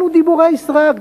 אלה דיבורי סרק,